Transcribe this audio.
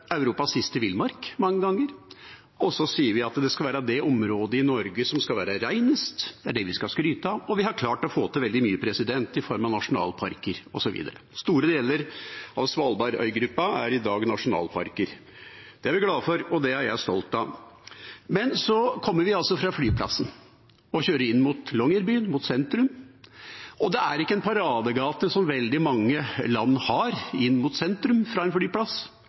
er det vi skal skryte av, og vi har klart å få til veldig mye i form av nasjonalparker osv. Store deler av Svalbard-øygruppa er i dag nasjonalparker. Det er vi glade for, og det er jeg stolt av. Men når vi kommer fra flyplassen og kjører inn mot Longyearbyen, inn mot sentrum, er det ikke en paradegate, som veldig mange land har inn mot sentrum fra en